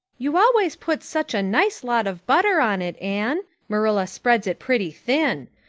you always put such a nice lot of butter on it, anne. marilla spreads it pretty thin.